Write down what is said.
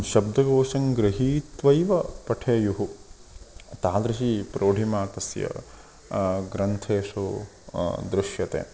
शब्दगोषं गृहीत्वैव पठेयुः तादृशी प्रोढता तस्य ग्रन्थेषु दृश्यते